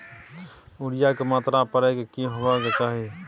Urea के मात्रा परै के की होबाक चाही?